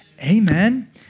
amen